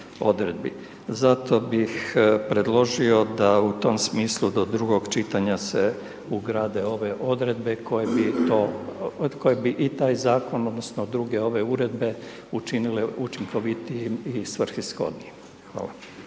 zato bih predloži da u tom smislu do drugog čitanja se ugrade ove odredbe koje bi i taj zakon odnosno druge ove uredbe učinile učinkovitijim i svrsishodnijim. Hvala.